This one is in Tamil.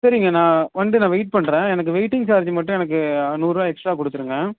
சரிங்க நான் வந்து நான் வெயிட் பண்ணுறேன் எனக்கு வெயிட்டிங் சார்ஜ் மட்டும் எனக்கு நூறுரூவா எக்ஸ்ட்ரா கொடுத்துடுங்க